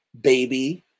baby